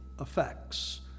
effects